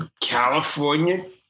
California